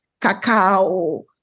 cacao